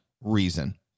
reason